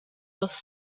was